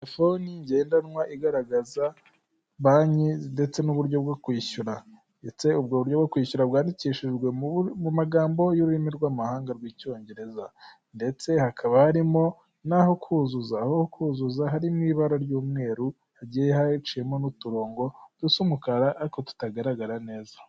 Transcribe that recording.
Telefoni ngendanwa igaragaza banki ndetse n'uburyo bwo kwishyura, ndetse ubwo buryo bwo kwishyura bwandikishijwe mu magambo y'ururimi rw'amahanga rw'icyongereza, ndetse hakaba harimo naho kuzuza, aho kuzuza hari mu ibara ry'umweru, hagiye haciyemo n'uturongo dusa umukara ariko tutagaragara neza.